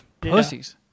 Pussies